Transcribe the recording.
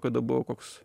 kada buvo koks